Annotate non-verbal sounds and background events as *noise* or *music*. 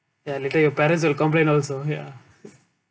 *laughs* ya later your parents will complain also ya